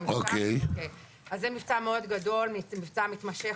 זה מבצע מאוד גדול, מבצע מתמשך.